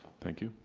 thank you.